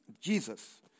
Jesus